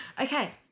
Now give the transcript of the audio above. okay